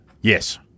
Yes